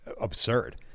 absurd